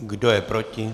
Kdo je proti?